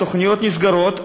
התוכניות נסגרות,